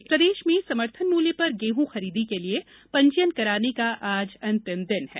किसान पंजीयन प्रदेश में समर्थन मूल्य पर गेहूं खरीदी के लिए पंजीयन कराने का आज अंतिम दिन है